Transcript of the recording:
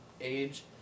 age